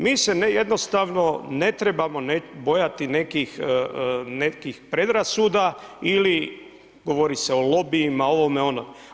Mi se jednostavno je trebamo bojati nekih predrasuda ili, govori se o lobijima, ovome, onome.